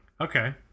Okay